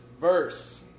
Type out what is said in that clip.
verse